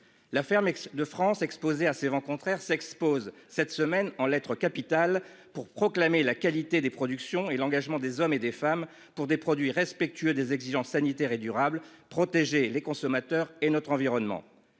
la ferme de France exposés à ces vents contraires s'expose cette semaine en lettres capitales pour proclamer la qualité des productions et l'engagement des hommes et des femmes pour des produits respectueux des exigences sanitaires et durable protéger les consommateurs et notre environnement.